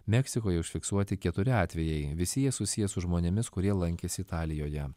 meksikoje užfiksuoti keturi atvejai visi jie susiję su žmonėmis kurie lankėsi italijoje